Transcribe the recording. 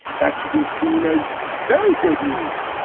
that should be seen as very good news.